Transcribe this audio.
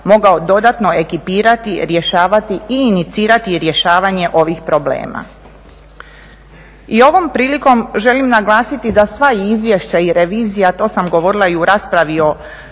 mogao dodatno ekipirati, rješavati i inicirati rješavanje ovih problema. I ovom prilikom želim naglasiti da sva izvješća i revizija, a to sam govorila i u raspravi o